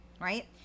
right